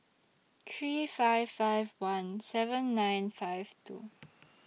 three five five one seven nine five two